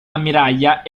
ammiraglia